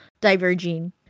Diverging